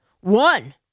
One